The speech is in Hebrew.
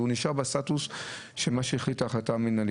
הוא נשאר בסטטוס של ההחלטה המינהלית?